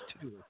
two